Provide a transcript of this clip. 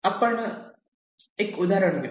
आपण एक उदाहरण घेऊ